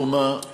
רפורמה ששוב,